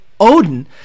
odin